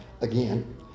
Again